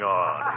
on